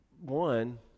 one